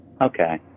Okay